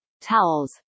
towels